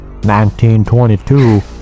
1922